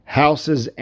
houses